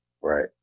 Right